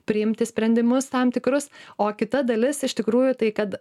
priimti sprendimus tam tikrus o kita dalis iš tikrųjų tai kad